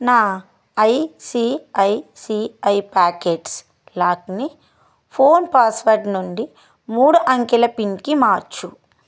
నా ఐసిఐసిఐ పాకెట్స్ లాక్ని phone password నుండి మూడు అంకెల పిన్కి మార్చు